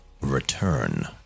return